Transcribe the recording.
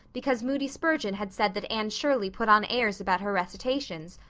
because moody spurgeon had said that anne shirley put on airs about her recitations,